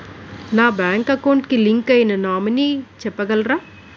నా bank account కి link అయినా నామినీ చెప్పగలరా?